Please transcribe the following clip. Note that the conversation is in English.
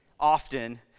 Often